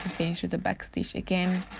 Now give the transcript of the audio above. finish with a back stitch again